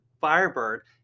Firebird